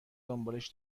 دنبالش